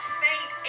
faint